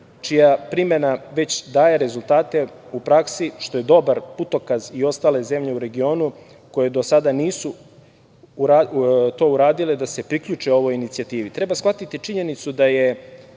čija primena već daje rezultate u praksi, što je dobar putokaz i za ostale zemlje u regionu koje do sada nisu to uradile da se priključe ovoj inicijativi. Treba shvatiti činjenicu da je